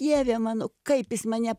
dieve mano kaip jis mane